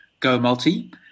gomulti